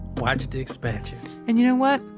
watch the expansion and you know what?